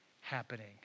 happening